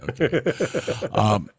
okay